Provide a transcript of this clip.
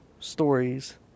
Stories